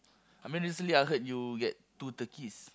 I mean recently I heard you get two turkeys